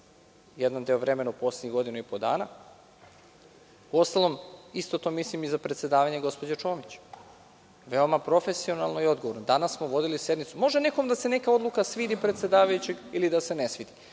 jedan deo vremena u poslednjih godinu i po dana. Uostalom, isto to mislim i za predsedavanje gospođe Čomić – veoma profesionalno i odgovorno. Može nekome da se neka odluka predsedavajućeg svidi ili da se ne svidi.